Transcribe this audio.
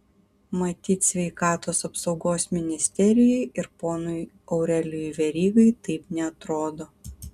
matyt sveikatos apsaugos ministerijai ir ponui aurelijui verygai taip neatrodo